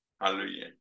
hallelujah